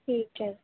ਠੀਕ ਹੈ